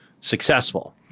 successful